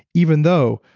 even though